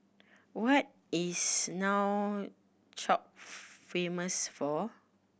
what is Nouakchott famous for